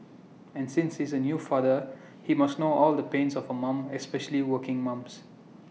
and since he's A new father he must know all the pains of A mum especially working mums